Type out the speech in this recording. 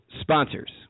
sponsors